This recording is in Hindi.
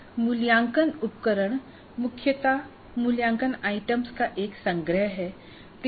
एक मूल्यांकन उपकरण मुख्यत मूल्यांकन आइटम्स का एक संग्रह है